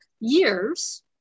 years